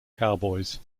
cowboys